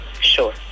Sure